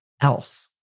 else